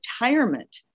retirement